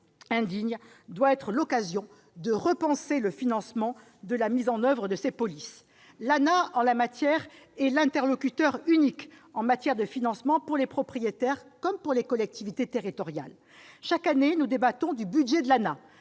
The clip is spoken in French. indigne doit être l'occasion de repenser le financement de la mise en oeuvre de ces polices. L'ANAH est l'interlocuteur unique en matière de financement pour les propriétaires comme pour les collectivités territoriales. Chaque année, nous débattons du budget de l'ANAH.